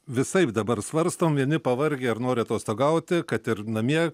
visaip dabar svarstom vieni pavargę ar nori atostogauti kad ir namie